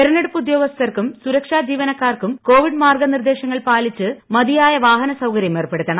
തെരഞ്ഞെടുപ്പ് ഉദ്യോഗസ്ഥർക്കും സുരക്ഷാ ജീവനക്കാർക്കും കോവിഡ് മാർഗനിർദേശങ്ങൾ പാലിച്ച് മതിയായ വാഹനസൌകര്യം ഏർപ്പെടുത്തണം